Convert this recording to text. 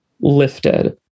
lifted